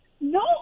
No